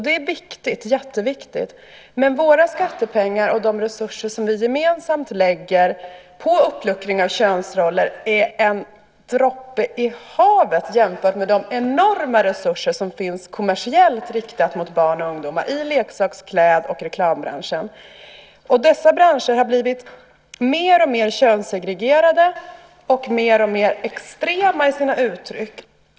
Det är mycket viktigt. Men våra skattepengar och de resurser som vi gemensamt lägger på uppluckring av könsroller är en droppe i havet jämfört med de enorma resurser som finns kommersiellt riktat mot barn och ungdomar i leksaks-, kläd-, och reklambranschen. Dessa branscher har blivit alltmer könssegregerade och alltmer extrema i sina uttryck.